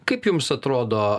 kaip jums atrodo